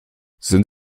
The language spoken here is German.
sind